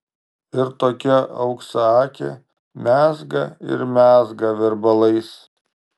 ir tokia auksaakė mezga ir mezga virbalais